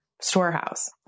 storehouse